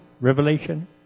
Revelation